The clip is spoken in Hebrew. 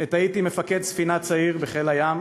עת הייתי מפקד ספינה צעיר בחיל הים,